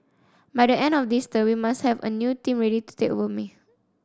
by the end of this term we must have a new team ready to take over from me